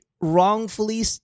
wrongfully